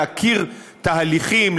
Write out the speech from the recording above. להכיר תהליכים,